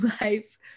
life